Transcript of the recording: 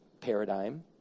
paradigm